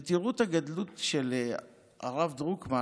ותראו את הגדלות של הרב דרוקמן: